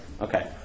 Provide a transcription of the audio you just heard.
Okay